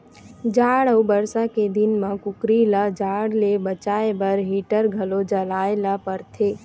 जाड़ अउ बरसा के दिन म कुकरी ल जाड़ ले बचाए बर हीटर घलो जलाए ल परथे